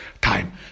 time